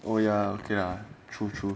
oh ya okay lah true true